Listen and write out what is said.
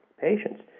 patients